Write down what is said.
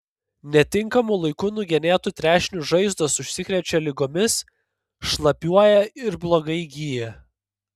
netinkamu laiku nugenėtų trešnių žaizdos užsikrečia ligomis šlapiuoja ir blogai gyja